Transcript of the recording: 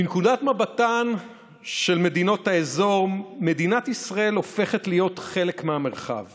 מנקודת מבטן של מדינות האזור מדינת ישראל הופכת להיות חלק מהמרחב